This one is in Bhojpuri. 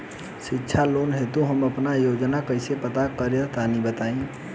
शिक्षा लोन हेतु हम आपन योग्यता कइसे पता करि तनि बताई?